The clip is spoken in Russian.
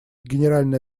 генеральной